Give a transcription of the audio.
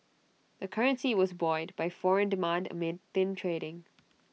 the currency was buoyed by foreign demand amid thin trading